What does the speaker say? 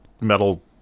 metal